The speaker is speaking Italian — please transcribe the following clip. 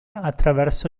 attraverso